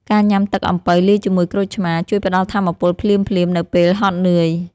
ការញ៉ាំទឹកអំពៅលាយជាមួយក្រូចឆ្មារ ជួយផ្តល់ថាមពលភ្លាមៗនៅពេលហត់នឿយ។